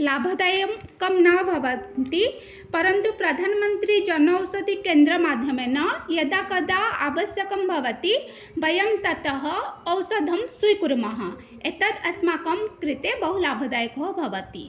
लाभदायकं न भवन्ति परन्तु प्रधानमन्त्रिजनौषधिकेन्द्रमाध्यमेन यदा कदा आवस्यकं भवति वयं ततः औषधं स्वीकुर्मः एतत् अस्माकं कृते बहु लाभदायको भवति